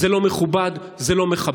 זה לא מכובד, זה לא מכבד.